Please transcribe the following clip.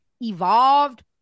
evolved